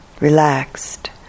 relaxed